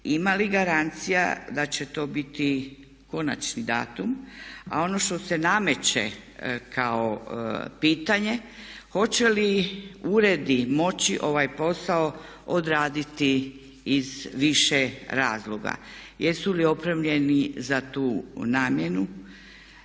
ima li garancija da će to biti konačni datum? A ono što se nameće kao pitanje hoće li uredi moći ovaj posao odraditi iz više razloga, jesu li opremljeni za tu namjenu,